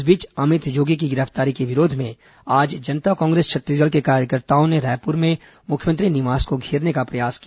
इस बीच अमित जोगी की गिरफ्तारी के विरोध में आज जनता कांग्रेस छत्तीसगढ़ के कार्यकर्ताओं ने रायपुर में मुख्यमंत्री निवास को घेरने का प्रयास किया